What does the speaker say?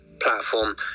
platform